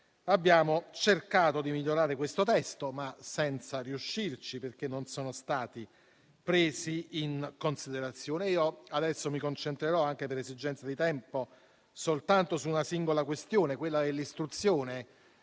abbiamo cercato di migliorare questo testo, ma senza riuscirci, perché non sono stati presi in considerazione. Mi concentrerò ora, anche per esigenze di tempo, soltanto su una singola questione, quella dell'istruzione,